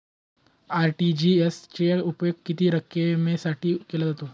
RTGS चा उपयोग किती रकमेसाठी केला जातो?